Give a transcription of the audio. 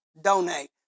donate